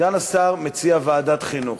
סגן השר מציע ועדת חינוך.